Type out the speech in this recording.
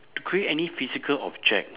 to create any physical object